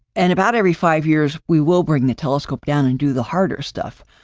and about every five years, we will bring the telescope down and do the harder stuff.